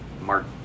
Mark